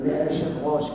אדוני היושב-ראש,